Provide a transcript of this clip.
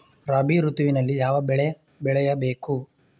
ರಾಬಿ ಋತುವಿನಲ್ಲಿ ಯಾವ ಬೆಳೆ ಬೆಳೆಯ ಬೇಕು?